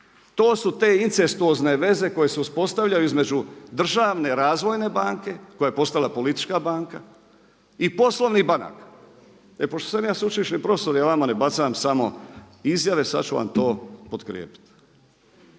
To su te incestuozne veze koje se uspostavljaju između Državne razvojne banke koja je postala politička banka i poslovnih banaka. E pošto sam ja sveučilišni profesor ja vama ne bacam samo izjave, sad ću vam to potkrijepiti.